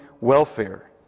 welfare